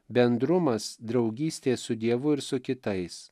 bendrumas draugystė su dievu ir su kitais